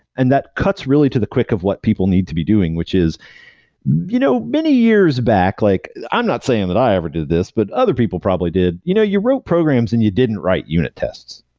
and that cuts really to the quick of what people need to be doing, which is you know many years back, like i'm not saying that i ever did this, but other people probably did. you know you wrote programs and you didn't write unit tests.